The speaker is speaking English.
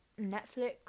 netflix